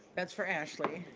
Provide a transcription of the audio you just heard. that's for ashley.